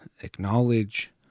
acknowledge